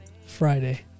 Friday